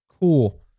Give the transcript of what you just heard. Cool